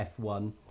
F1